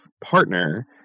partner